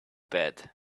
bed